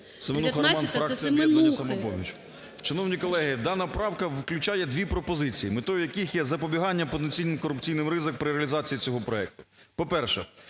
Семенуха Роман, фракція "Об'єднання "Самопоміч".